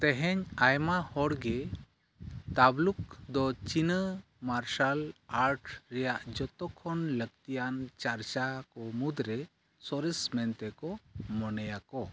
ᱛᱮᱦᱮᱧ ᱟᱭᱢᱟ ᱦᱚᱲᱜᱮ ᱛᱟᱵᱽᱞᱩᱠᱫᱚ ᱪᱤᱱᱟ ᱢᱟᱨᱥᱟᱞ ᱟᱨᱴ ᱨᱮᱱᱟᱜ ᱡᱷᱚᱛᱚ ᱠᱷᱚᱱ ᱞᱟᱹᱠᱛᱤᱭᱟᱱ ᱪᱟᱨᱪᱟᱠᱚ ᱢᱩᱫᱽᱨᱮ ᱥᱚᱨᱮᱥ ᱢᱮᱱᱛᱮᱠᱚ ᱢᱚᱱᱮᱭᱟᱠᱚ